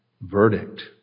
verdict